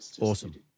Awesome